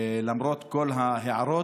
למרות כל ההערות,